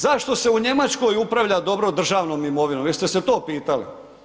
Zašto se u Njemačkoj upravlja dobro državnom imovinom, jeste se to pitali?